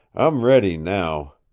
i'm ready now.